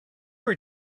were